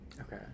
Okay